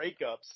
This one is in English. breakups –